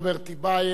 אינו נוכח.